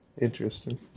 Interesting